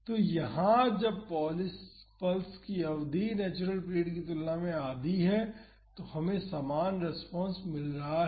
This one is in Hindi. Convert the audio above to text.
तो यहाँ जब पल्स की अवधि नेचुरल पीरियड की तुलना में आधी है तो हमें समान रेस्पॉन्स मिल रहा है